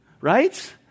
right